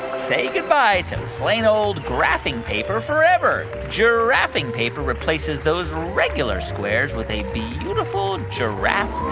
say goodbye to plain, old graphing paper forever. giraffing paper replaces those regular squares with a beautiful giraffe